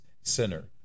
sinner